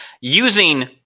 using